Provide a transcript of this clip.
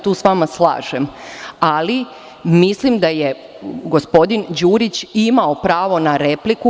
Tu se sa vama slažem, ali mislim da je gospodin Đurić imao pravo na repliku.